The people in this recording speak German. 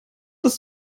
dass